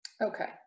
Okay